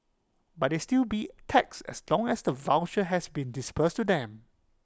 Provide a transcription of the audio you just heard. but they still be taxed as long as the voucher has been disbursed to them